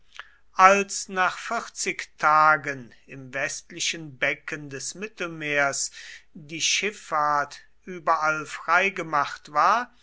als nach vierzig tagen im westlichen becken des mittelmeers die schiffahrt überall freigemacht war